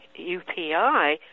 UPI